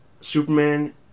Superman